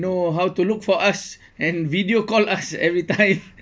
know how to look for us and video call us every time